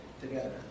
together